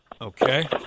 Okay